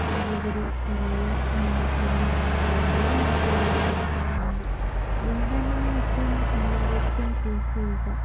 അതിലുപരി കുറേ സ്നേഹവും ബന്ധവും എല്ലാം നമുക്ക് ഇതിലൂടെ ഉണ്ടാകുന്നുണ്ട് അതുകൊണ്ടുത്തന്നെ ഞാൻ എപ്പോഴും എല്ലാവർക്കും ചൂസ് ചെയ്യുക